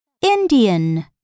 Indian